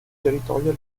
territorial